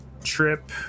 trip